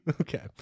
Okay